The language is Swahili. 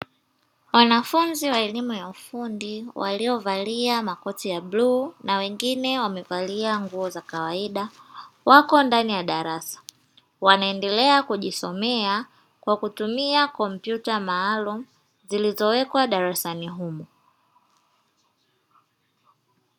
Wanafunzi wa elimu ya ufundi waliovalia makoti ya bluu, na wengine wamevalia nguo za kawaida, wako ndani ya darasa wanaendelea kujisomea kutumia kompyuta maalumu zilizowekwa darasani humo.